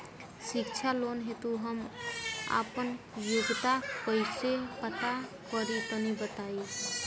शिक्षा लोन हेतु हम आपन योग्यता कइसे पता करि तनि बताई?